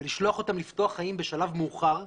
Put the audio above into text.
ולשלוח אותם לפתוח חיים בשלב מאוחר,